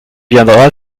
viendra